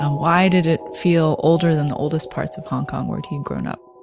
um why did it feel older than the oldest parts of hong kong where he'd grown up?